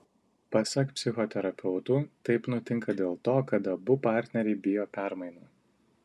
pasak psichoterapeutų taip nutinka dėl to kad abu partneriai bijo permainų